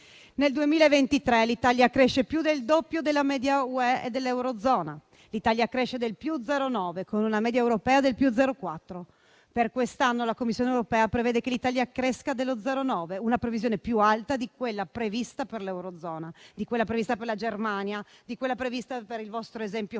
Nel 2023 l'Italia cresce più del doppio della media UE e dell'Eurozona. L'Italia cresce del + 0,9, con una media europea del + 0,4. Per quest'anno la Commissione europea prevede che l'Italia cresca dello 0,9, una previsione più alta di quella prevista per l'Eurozona, di quella prevista per la Germania, di quella prevista per il vostro esempio francese.